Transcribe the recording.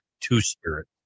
Two-Spirit